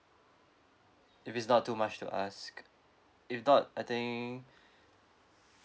if it's not too much to ask if not I think